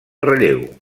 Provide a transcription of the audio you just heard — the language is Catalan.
relleu